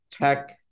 tech